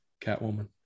Catwoman